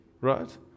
Right